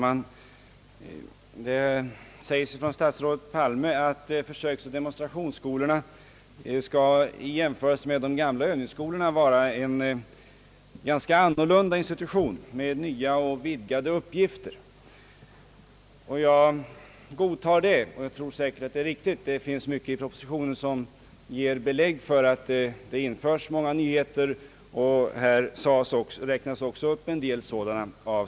Herr talman! Statsrådet Palme säger att försöksoch demonstrationsskolorna i jämförelse med de gamla övningsskolorna skall vara ganska annorlunda, en institution med nya och vidgade uppgifter. Jag godtar det; det finns mycket i propositionen som ger belägg för att det införs många nyheter, och statsrådet själv räknade upp en del sådana.